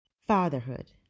Fatherhood